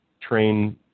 train